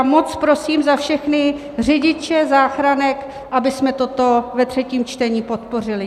Moc prosím za všechny řidiče záchranek, abychom toto ve třetím čtení podpořili.